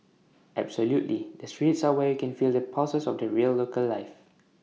absolutely the streets are where you can feel the pulses of the real local life